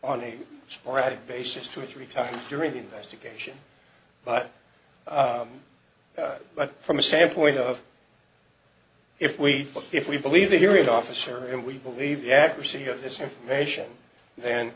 on a sporadic basis two or three times during the investigation but but from a standpoint of if we look if we believe the hearing officer and we believe the accuracy of this information th